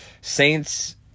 Saints